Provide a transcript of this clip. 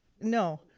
No